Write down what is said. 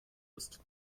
ist